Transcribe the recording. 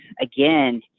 again